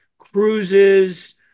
cruises